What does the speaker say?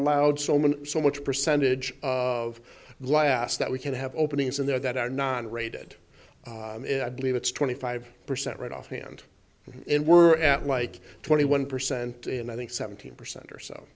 allowed so many so much percentage of glass that we can have openings in there that are not rated i believe it's twenty five percent right offhand and we're at like twenty one percent and i think seventeen percent or so